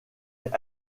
est